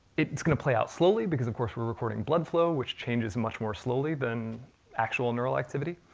it's going to play out slowly, because of course we're reporting blood flow, which changes much more slowly than actual neural activity.